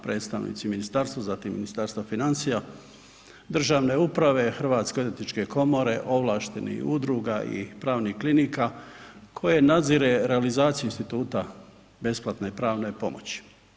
Predstavnici ministarstva, zatim Ministarstva financija, državne uprave, Hrvatske odvjetničke komore, ovlaštenih udruga i pravnih klinika koje nadzire realizaciju instituta besplatne pravne pomoći.